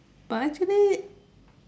but actually